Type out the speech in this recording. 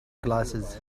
glasses